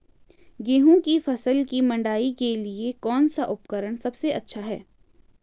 गेहूँ की फसल की मड़ाई के लिए कौन सा उपकरण सबसे अच्छा है?